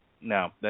No